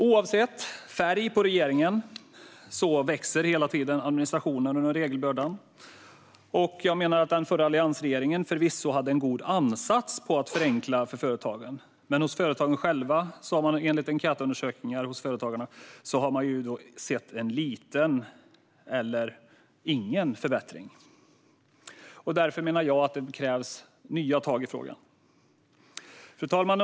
Oavsett färg på regeringen växer hela tiden administrationen och regelbördan. Jag menar att den förra alliansregeringen förvisso hade en god ansats på att förenkla för företagen, men enligt enkätundersökningar hos företagarna själva har man sett liten eller ingen förbättring. Därför menar jag att det krävs nya tag i frågan. Fru talman!